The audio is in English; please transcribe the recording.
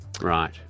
Right